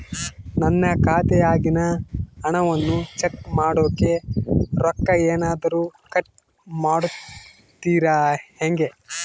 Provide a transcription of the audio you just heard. ನನ್ನ ಖಾತೆಯಾಗಿನ ಹಣವನ್ನು ಚೆಕ್ ಮಾಡೋಕೆ ರೊಕ್ಕ ಏನಾದರೂ ಕಟ್ ಮಾಡುತ್ತೇರಾ ಹೆಂಗೆ?